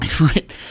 Right